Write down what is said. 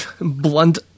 Blunt